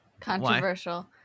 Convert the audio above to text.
controversial